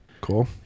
Cool